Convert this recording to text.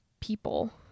people